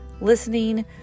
listening